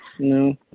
No